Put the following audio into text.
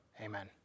amen